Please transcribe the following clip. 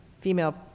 female